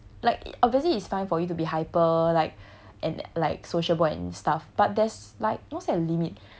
like obviously is fine for you to be hyper like and like sociable and stuff but there's like no set of limit